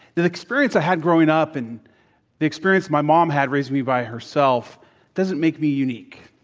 the experience i had growing up and the experience my mom had raising me by herself doesn't make me unique.